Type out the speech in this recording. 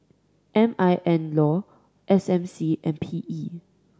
M I N Law S M C and P E